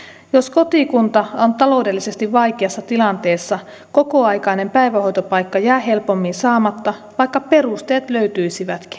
jos kotikunta on taloudellisesti vaikeassa tilanteessa kokoaikainen päivähoitopaikka jää helpommin saamatta vaikka perusteet löytyisivätkin